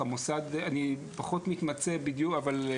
זה